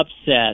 upset